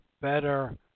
better